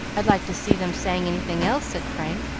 i'd like to see them saying anything else, said frank,